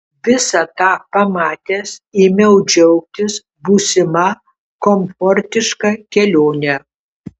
visą tą pamatęs ėmiau džiaugtis būsima komfortiška kelione